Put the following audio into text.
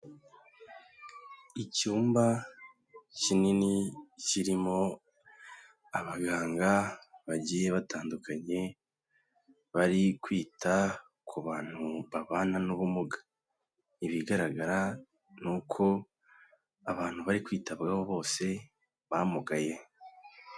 Icyumba kinini kirimo abaganga bagiye batandukanye, bari kwita ku bantu babana n'ubumuga. Ibigaragara ni uko abantu bari kwitabwaho bose, bamugaye.